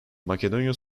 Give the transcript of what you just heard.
makedonya